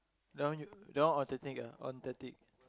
that one you that one authentic ah authentic